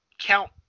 count